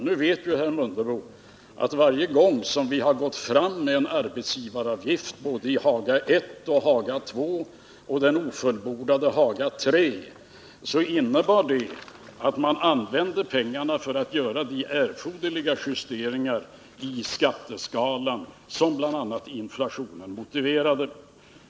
Nu vet ju herr Mundebo att varje gång som vi har gått fram med en arbetsgivaravgift — i Haga I, i Haga II och även i den ofullbordade Haga III — har det inneburit att man använt pengarna för de erforderliga justeringar i skatteskalan som bl.a. inflationen motiverade.